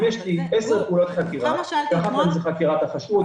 אם יש לי 10 פעולות חקירה שאחת מהן זו חקירת החשוד,